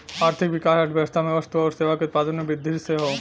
आर्थिक विकास अर्थव्यवस्था में वस्तु आउर सेवा के उत्पादन में वृद्धि से हौ